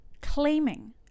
claiming